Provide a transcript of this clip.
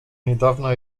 niedawna